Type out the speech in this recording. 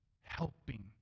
helping